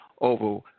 over